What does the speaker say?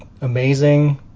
amazing